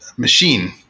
machine